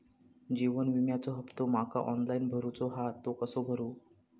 जीवन विम्याचो हफ्तो माका ऑनलाइन भरूचो हा तो कसो भरू?